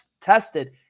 tested